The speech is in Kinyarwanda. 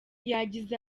yagize